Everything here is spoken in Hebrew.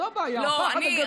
זו הבעיה, הפחד הגדול.